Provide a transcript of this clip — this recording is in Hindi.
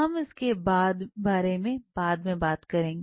हम इसके बारे में बाद में बात करेंगे